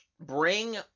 bring